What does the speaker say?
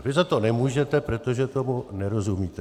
Vy za to nemůžete, protože tomu nerozumíte.